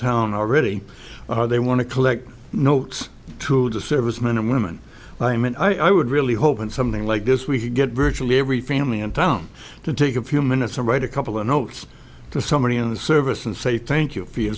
town already they want to collect notes to the servicemen and women i mean i would really hope in something like this we could get virtually every family in town to take a few minutes to write a couple of notes to somebody in the service and say thank you f